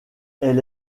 elle